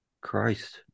Christ